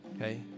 Okay